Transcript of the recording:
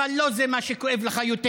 אבל לא זה מה שכואב לך יותר.